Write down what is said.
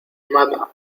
mata